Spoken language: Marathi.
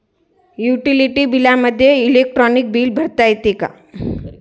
युटिलिटी बिलामध्ये इलेक्ट्रॉनिक बिल भरता येते का?